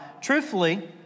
truthfully